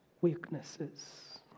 weaknesses